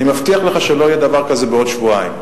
אני מבטיח לך שלא יהיה דבר כזה בעוד שבועיים.